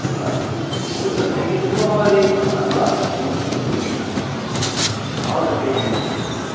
ल हुन्छ थ्याङ्क्यु त्यसो भए मलाई ल्याइदिनुहोस् न ल ल्याइदिनुहोस् न भोलिदेखि हुन्छ हजुर त्यही ल्याइदिनुहोस् हुन्छ